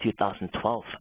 2012